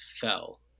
fell